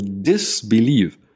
disbelieve